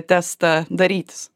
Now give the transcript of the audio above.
testą darytis